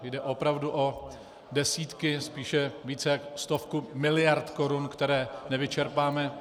Jde opravdu o desítky, spíše více jak stovku miliard korun, které nevyčerpáme.